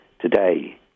today